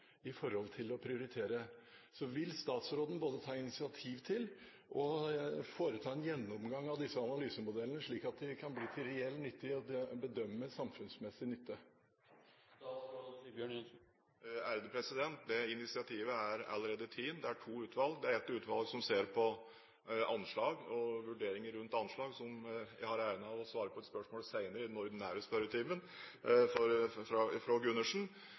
i forhold til å prioritere. Vil statsråden både ta initiativ til og foreta en gjennomgang av disse analysemodellene, slik at de kan bli til reell hjelp i å bedømme samfunnsmessig nytte? Det initiativet er allerede tatt. Det er to utvalg: Det er ett utvalg som ser på anslag og vurderinger rundt anslag. Jeg har æren av å svare på et spørsmål om det fra representanten Gundersen senere, i den ordinære spørretimen.